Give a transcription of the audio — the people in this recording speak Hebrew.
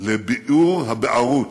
ל"ביעור הבערות",